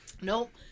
Nope